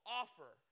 offer